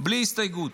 בלי הסתייגות.